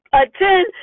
attend